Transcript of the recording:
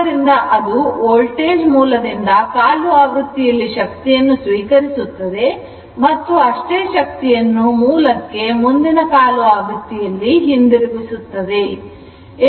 ಆದ್ದರಿಂದ ಅದು ವೋಲ್ಟೇಜ್ ಮೂಲದಿಂದ ಕಾಲು ಆವೃತ್ತಿಯಲ್ಲಿ ಶಕ್ತಿಯನ್ನು ಸ್ವೀಕರಿಸುತ್ತದೆ ಮತ್ತು ಅಷ್ಟೇ ಶಕ್ತಿಯನ್ನು ಮೂಲಕ್ಕೆ ಮುಂದಿನ ಕಾಲು ಆವೃತ್ತಿಯಲ್ಲಿ ಹಿಂದಿರುಗಿಸುತ್ತದೆ